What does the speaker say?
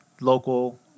local